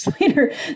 later